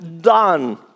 done